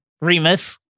Remus